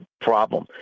problem